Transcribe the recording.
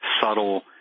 subtle